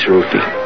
Ruthie